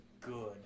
Good